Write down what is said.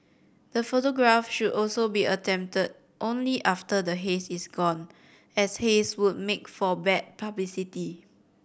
the photograph should also be attempted only after the haze is gone as haze would make for bad publicity